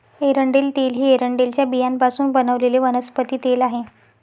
एरंडेल तेल हे एरंडेलच्या बियांपासून बनवलेले वनस्पती तेल आहे